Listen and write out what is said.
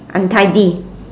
untidy